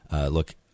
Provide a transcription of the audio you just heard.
Look